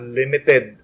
limited